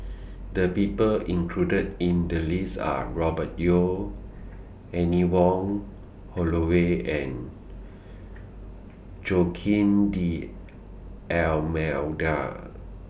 The People included in The list Are Robert Yeo Anne Wong Holloway and Joaquim D'almeida